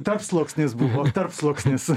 tarpsluoksnis buvo tarpsluoksnis